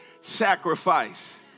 sacrifice